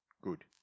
good